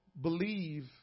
Believe